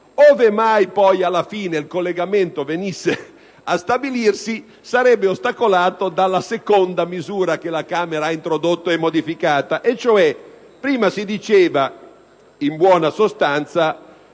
Ove mai, poi, alla fine tale collegamento venisse a stabilirsi, sarebbe ostacolato dalla seconda misura che la Camera ha introdotto, modificando una norma che prima diceva, in buona sostanza,